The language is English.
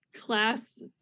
class